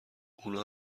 اونا